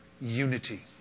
unity